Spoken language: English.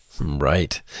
Right